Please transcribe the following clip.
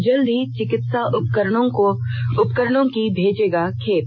जल्द ही चिकित्सा उपकरणों की भेजेगा खेप